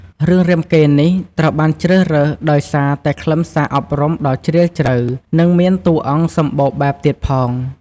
រឿងរាមកេរ្តិ៍នេះត្រូវបានជ្រើសរើសដោយសារតែខ្លឹមសារអប់រំដ៏ជ្រាលជ្រៅ និងមានតួអង្គសម្បូរបែបទៀតផង។